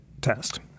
test